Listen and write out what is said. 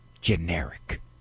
generic